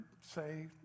say